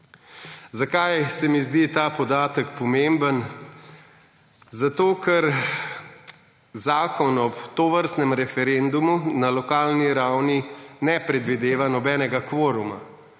Zakaj se mi zdi ta podatek pomemben? Zato, ker zakon ob tovrstnem referendumu na lokalni ravni ne predvideva nobenega kvoruma,